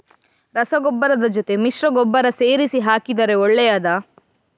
ರಸಗೊಬ್ಬರದ ಜೊತೆ ಮಿಶ್ರ ಗೊಬ್ಬರ ಸೇರಿಸಿ ಹಾಕಿದರೆ ಒಳ್ಳೆಯದಾ?